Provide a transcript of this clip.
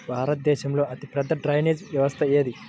భారతదేశంలో అతిపెద్ద డ్రైనేజీ వ్యవస్థ ఏది?